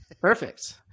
Perfect